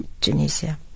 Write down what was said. Tunisia